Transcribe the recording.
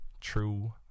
true